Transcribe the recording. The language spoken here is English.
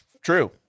true